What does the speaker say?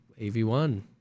AV1